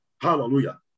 Hallelujah